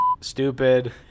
stupid